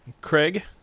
Craig